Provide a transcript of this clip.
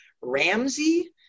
Ramsey